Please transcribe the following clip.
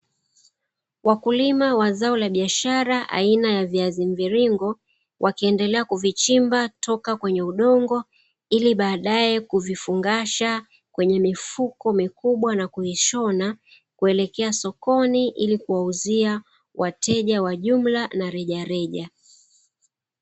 Wakulima wa zao la biashara aina ya viazi mviringo, wakiendelea kuvichimba toka kwenye udongo ili baadae kuvifungasha kwenye mifuko mikubwa na kuishona kuelekea sokoni ili kuwauzia wateja wa jumla na rejareja.